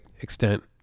extent